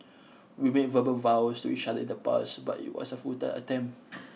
we made verbal vows to each other in the past but it was a futile attempt